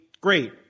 Great